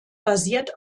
basiert